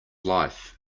life